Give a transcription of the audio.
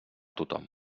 tothom